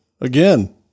Again